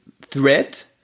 threat